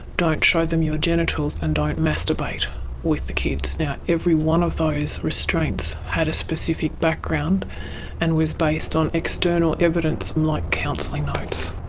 don't show them your genitals, and don't masturbate with the kids. now, every one of those restraints had a specific background and was based on external evidence, like counselling notes.